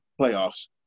playoffs